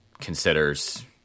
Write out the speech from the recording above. considers